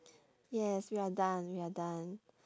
yes we are done we are done